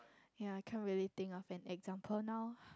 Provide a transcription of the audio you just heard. yea can't really think of an example now